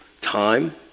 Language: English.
time